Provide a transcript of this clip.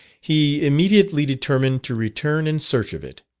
he immediately determined to return in search of it.